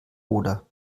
oder